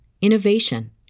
innovation